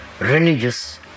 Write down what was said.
religious